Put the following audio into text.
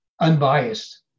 unbiased